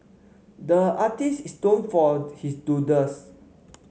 the artist is known for his doodles